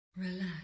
Relax